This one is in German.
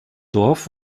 dorf